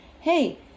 Hey